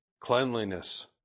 Cleanliness